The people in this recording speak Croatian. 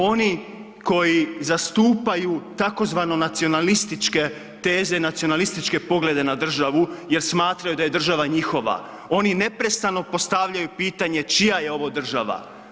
Oni koji zastupaju tzv. nacionalističke teze, nacionalističke poglede na državu jer smatraju da je država njihova, oni neprestano postavljaju pitanje, čija je ovo država.